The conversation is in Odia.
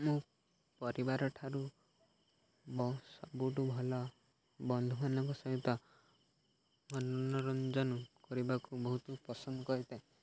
ମୁଁ ପରିବାରଠାରୁ ସବୁଠୁ ଭଲ ବନ୍ଧୁମାନଙ୍କ ସହିତ ମନୋରଞ୍ଜନ କରିବାକୁ ବହୁତ ପସନ୍ଦ କରିଥାଏ